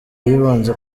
yibanze